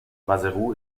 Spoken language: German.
maseru